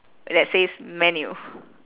that says menu